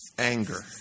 Anger